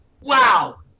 Wow